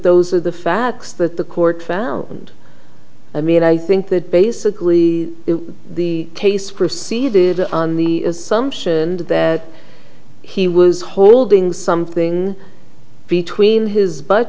those are the facts that the court found i mean i think that basically the case proceeded on the assumption that there he was holding something between his butt